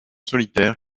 solitaire